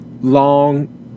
Long